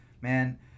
man